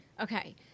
Okay